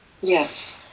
Yes